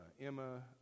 Emma